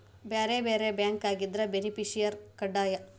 ಬ್ಯಾರೆ ಬ್ಯಾರೆ ಬ್ಯಾಂಕ್ ಆಗಿದ್ರ ಬೆನಿಫಿಸಿಯರ ಕಡ್ಡಾಯ